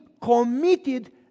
committed